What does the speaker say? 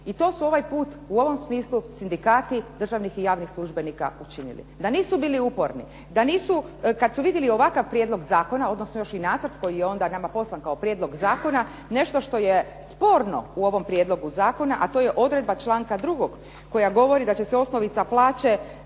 i to su ovaj put u ovom smislu sindikati državnih i javnih službenika učinili. Da nisu bili uporni, kada su vidjeli ovakav Prijedlog zakona, odnosno još nacrt koji je nama poslan kao Prijedlog zakona, nešto što je sporno u ovom Prijedlogu zakona a to je odredba članka 2. koja govori da će se osnovica plaće